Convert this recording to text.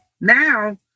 Now